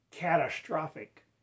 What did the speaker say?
Catastrophic